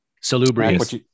salubrious